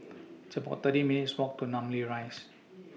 It's about thirty minutes' Walk to Namly Rise